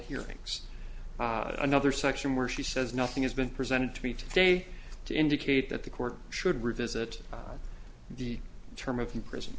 hearings another section where she says nothing has been presented to me today to indicate that the court should revisit the term of the prison